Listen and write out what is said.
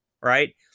right